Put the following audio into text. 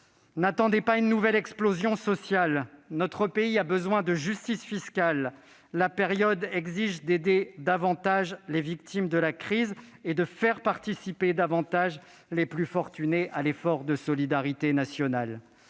N'attendez pas une nouvelle explosion sociale. Notre pays a besoin de justice fiscale ; la période exige d'aider davantage les victimes de la crise et de faire participer davantage les plus fortunés à l'effort de solidarité nationale.